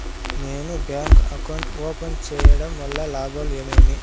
నేను bank account open సేయడం వల్ల లాభాలు ఏమేమి?